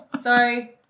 Sorry